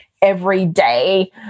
everyday